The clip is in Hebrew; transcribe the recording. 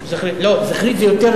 לא, "זכרית" זה יותר